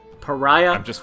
Pariah